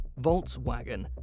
Volkswagen